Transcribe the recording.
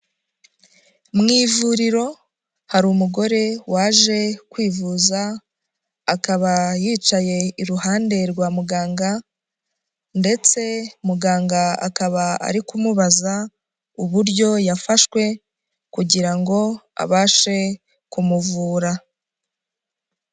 Mu ivuriro, hari umugore waje kwivuza, akaba yicaye iruhande rwa muganga ndetse muganga akaba ari kumubaza uburyo yafashwe kugira ngo abashe kumuvura.